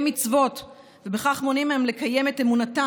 מצוות ובכך מונעים מהן לקיים את אמונתן,